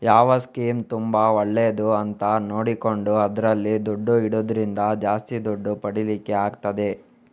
ಯಾವ ಸ್ಕೀಮ್ ತುಂಬಾ ಒಳ್ಳೇದು ಅಂತ ನೋಡಿಕೊಂಡು ಅದ್ರಲ್ಲಿ ದುಡ್ಡು ಇಡುದ್ರಿಂದ ಜಾಸ್ತಿ ದುಡ್ಡು ಪಡೀಲಿಕ್ಕೆ ಆಗ್ತದೆ